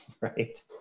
right